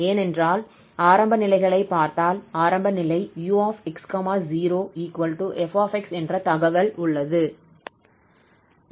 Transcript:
ஏனென்றால் ஆரம்ப நிலைகளைப் பார்த்தால் ஆரம்ப நிலை 𝑢 𝑥 0 𝑓 𝑥 என்ற தகவல் உள்ளது